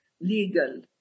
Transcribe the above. legal